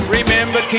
Remember